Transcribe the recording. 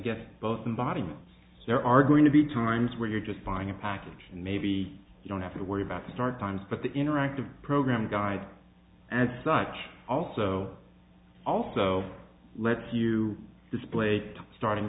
guess both in body there are going to be times where you're just buying a package and maybe you don't have to worry about dark times but the interactive program guide and not also also lets you display starting